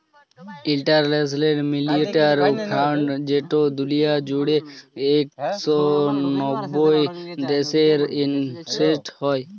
ইলটারল্যাশ লাল মালিটারি ফাল্ড যেট দুলিয়া জুইড়ে ইক শ নব্বইট দ্যাশের জ্যনহে হ্যয়